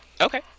okay